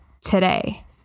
today